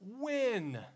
win